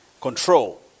Control